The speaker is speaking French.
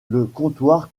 comptoir